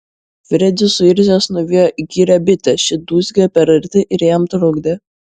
fredis suirzęs nuvijo įkyrią bitę ši dūzgė per arti ir jam trukdė